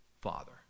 father